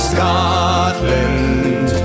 Scotland